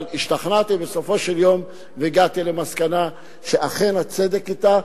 אבל השתכנעתי בסופו של יום והגעתי למסקנה שאכן הצדק אתה,